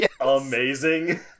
amazing